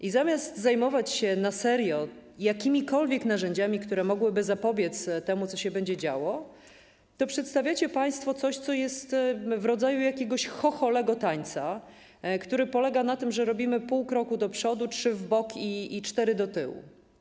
I zamiast zajmować się na serio jakimikolwiek narzędziami, które mogłyby zapobiec temu, co się będzie działo, przedstawiacie państwo coś w rodzaju jakiegoś chocholego tańca, który polega na tym, że robimy pół kroku do przodu, trzy kroki w bok i cztery do tyłu.